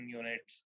units